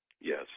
Yes